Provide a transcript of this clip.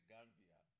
Gambia